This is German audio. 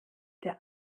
der